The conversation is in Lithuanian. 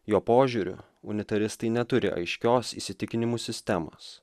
jo požiūriu unitaristai neturi aiškios įsitikinimų sistemos